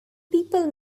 people